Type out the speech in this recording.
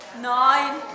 nine